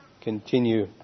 continue